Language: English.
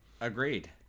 Agreed